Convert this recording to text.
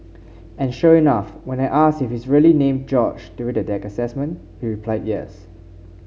and sure enough when I asked if he's really named George during the deck assessment he replied yes